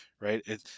right